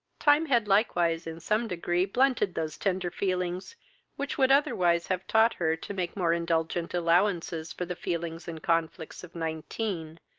time had likewise in some degree blunted those tender feelings which would otherwise have taught her to make more indulgent allowances for the feelings and conflicts of nineteen,